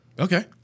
Okay